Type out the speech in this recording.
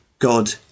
God